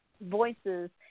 voices